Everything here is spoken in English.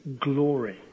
glory